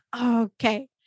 Okay